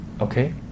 Okay